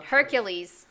Hercules